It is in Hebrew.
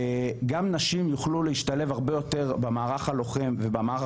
גם נשים יוכלו להשתלב הרבה יותר במערך הלוחם ובמערך